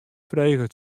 freget